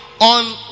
on